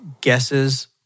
guesses